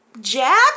Jack